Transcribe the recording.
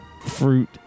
fruit